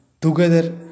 together